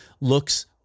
looks